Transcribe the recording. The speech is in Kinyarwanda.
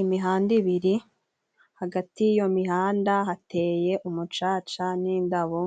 Imihanda ibiri. Hagati y'iyo mihanda hateye umucaca n'indabo,